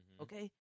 Okay